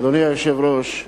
אדוני היושב-ראש,